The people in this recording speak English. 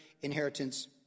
inheritance